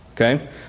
Okay